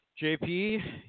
JP